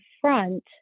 front